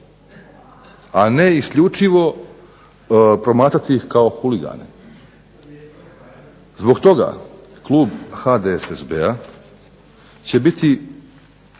A ne isključivo promatrati ih kao huligane. Zbog toga klub HDSSB-a će biti